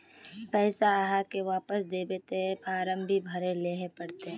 पैसा आहाँ के वापस दबे ते फारम भी भरें ले पड़ते?